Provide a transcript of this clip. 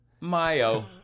Mayo